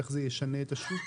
איך זה ישנה את השוק?